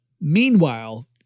Meanwhile